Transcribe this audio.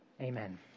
Amen